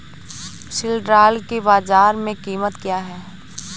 सिल्ड्राल की बाजार में कीमत क्या है?